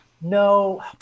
No